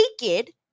naked